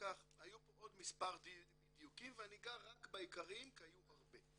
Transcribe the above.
היו פה עוד מספר אי דיוקים ואני אגע רק בעיקריים כי היו הרבה.